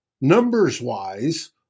numbers-wise